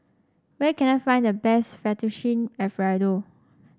where can I find the best Fettuccine Alfredo